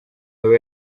yaba